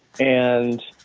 and,